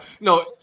no